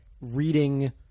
Reading